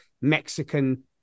Mexican